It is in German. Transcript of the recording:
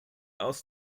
aus